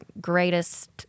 greatest